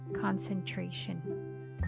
concentration